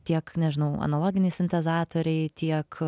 tiek nežinau analoginiai sintezatoriai tiek